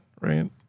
right